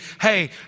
Hey